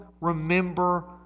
remember